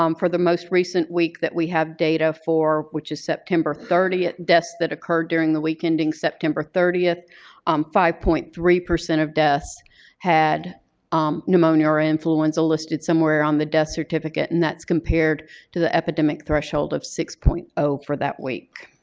um for the most recent week that we have data for, which is september thirtieth deaths that occurred during the week ending september thirtieth um five point three of deaths had um pneumonia or influenza listed somewhere on the death certificate. and that's compared to the epidemic threshold of six point zero for that week.